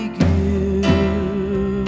give